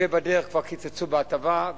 ובדרך כבר קיצצו בהטבה,